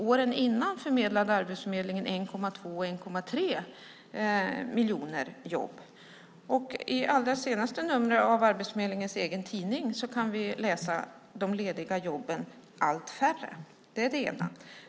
Åren innan förmedlade Arbetsförmedlingen 1,2-1,3 miljoner jobb. I det allra senaste numret av Arbetsförmedlingens egen tidning kan vi läsa att de lediga jobben blir allt färre. Det var det ena.